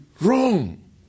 wrong